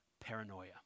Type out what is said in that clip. paranoia